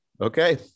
Okay